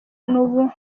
n’ubu